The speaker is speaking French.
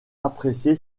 apprécié